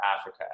africa